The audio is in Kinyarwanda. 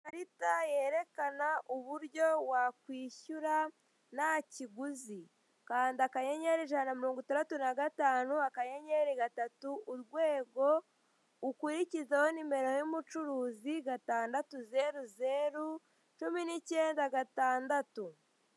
Ikarita yerekana uburyo wakwishyura nta kiguzi. Kanda akanyenyeri ijana na mirongo itandatu na gatanu, akanyenyeri gatatu urwego, ukurikizeho nimero y'umucuruzi, gatandatu zeru zeru, cumi n'ikenda gatandatu.